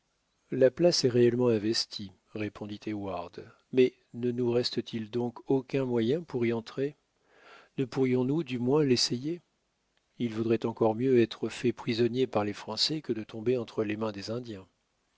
la place est réellement investie répondit heyward mais ne nous reste-t-il donc aucun moyen pour y entrer ne pourrions-nous du moins l'essayer il vaudrait encore mieux être faits prisonniers par les français que de tomber entre les mains des indiens